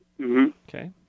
okay